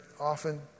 often